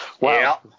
wow